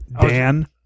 Dan